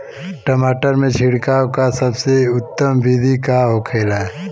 टमाटर में छिड़काव का सबसे उत्तम बिदी का होखेला?